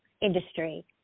industry